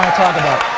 talk about.